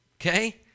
okay